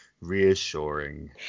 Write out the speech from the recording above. Reassuring